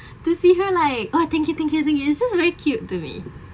to see her like oh thank you thank you thank you it's just very cute to me